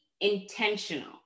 intentional